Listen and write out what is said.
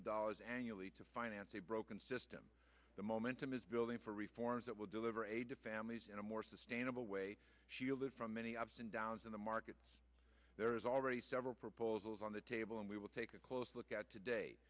of dollars annually to finance a broken system the momentum is building for reforms that will deliver aid to families in a more sustainable way shielded from many ups and downs in the markets there is already several proposals on the table and we will take a close look at today